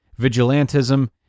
vigilantism